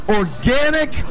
organic